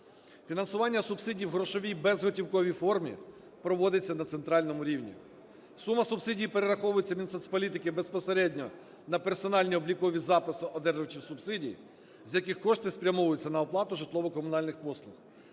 Фінансування субсидій в грошовій безготівковій формі проводиться на центральному рівні. Сума субсидій перераховується Мінсоцполітики безпосередньо на персональні облікові записи одержувачів субсидій, з яких кошти спрямовуються на оплату житлово-комунальних послуг,